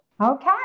Okay